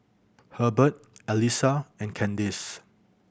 Herbert Elissa and Kandice